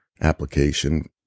application